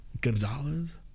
Gonzalez